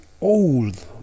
old